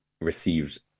received